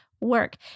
work